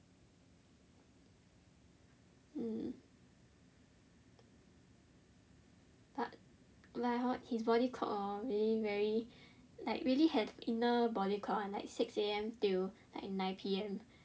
mm but like hor his body clock hor really very like really have inner body clock one like six A_M to like nine P_M